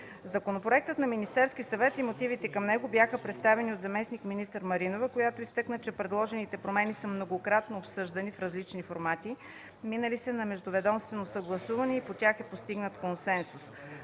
Законопроектът на Министерския съвет и мотивите към него бяха представени от заместник-министър Маринова, която изтъкна, че предложените промени са многократно обсъждани в различни формати, минали са междуведомствено съгласуване и по тях е постигнат консенсус.